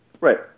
Right